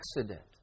accident